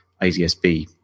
ADSB